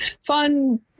fun